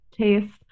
taste